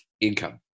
income